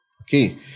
Okay